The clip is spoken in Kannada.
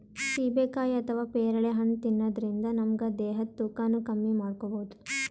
ಸೀಬೆಕಾಯಿ ಅಥವಾ ಪೇರಳೆ ಹಣ್ಣ್ ತಿನ್ನದ್ರಿನ್ದ ನಮ್ ದೇಹದ್ದ್ ತೂಕಾನು ಕಮ್ಮಿ ಮಾಡ್ಕೊಬಹುದ್